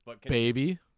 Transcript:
Baby